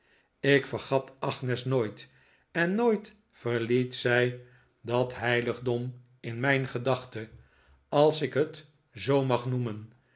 ik vergat agnes nooit en nooit verliet zij dat heiligdom in mijn gedachten als ik het zoo mag noemen